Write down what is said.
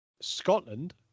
Scotland